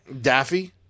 Daffy